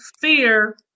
fear